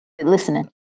listening